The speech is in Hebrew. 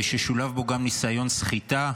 ששולב בו גם ניסיון סחיטה,